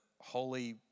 holy